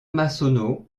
massonneau